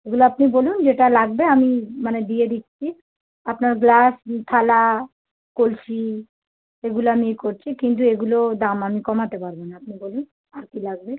এগুলো আপনি বলুন যেটা লাগবে আমি মানে দিয়ে দিচ্ছি আপনার গ্লাস থালা কলসি এগুলো আমি করছি কিন্তু এগুলো দাম আমি কমাতে পারবো না আপনি বলুন আর কী লাগবে